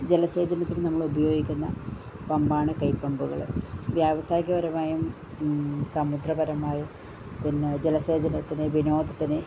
ജലസേചനത്തിന് നമ്മൾ ഉപയോഗിക്കുന്ന പമ്പാണ് കൈപ്പമ്പുകൾ വ്യാവസായികപരമായും സമുദ്രപരമായും പിന്നെ ജലസേചനത്തിന് വിനോദത്തിന്